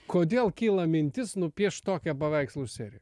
kodėl kyla mintis nupiešt tokią paveikslų seriją